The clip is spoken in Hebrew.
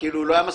- אקח דוגמה.